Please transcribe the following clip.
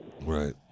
Right